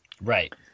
Right